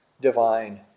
divine